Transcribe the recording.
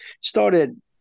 started